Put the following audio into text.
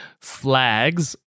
flags